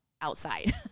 outside